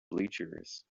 bleachers